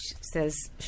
says